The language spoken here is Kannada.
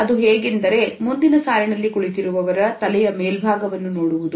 ಅದು ಹೇಗೆಂದರೆ ಮುಂದಿನ ಸಾಲಿನಲ್ಲಿ ಕುಳಿತಿರುವವರ ತಲೆಯ ಮೇಲ್ಭಾಗವನ್ನು ನೋಡುವುದು